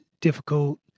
difficult